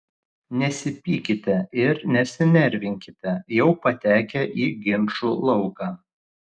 nesipykite ir nesinervinkite jau patekę į ginčų lauką